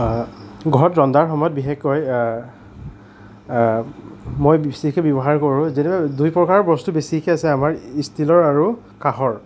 ঘৰত ৰন্ধাৰ সময়ত বিশেষকৈ মই বেছিকৈ ব্যৱহাৰ কৰোঁ যেনেকৈ দুই প্ৰকাৰ বস্তু বেছিকৈ আছে আমাৰ ষ্টিলৰ আৰু কাঁহৰ